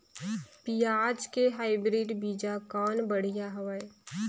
पियाज के हाईब्रिड बीजा कौन बढ़िया हवय?